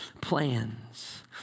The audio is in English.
plans